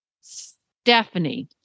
Stephanie